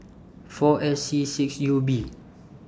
four S C six U B